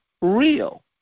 real